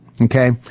okay